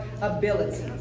abilities